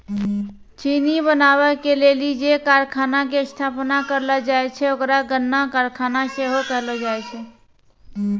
चिन्नी बनाबै के लेली जे कारखाना के स्थापना करलो जाय छै ओकरा गन्ना कारखाना सेहो कहलो जाय छै